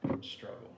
struggle